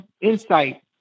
insight